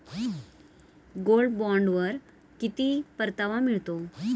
Gold बॉण्डवर किती परतावा मिळतो?